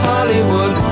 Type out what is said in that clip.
Hollywood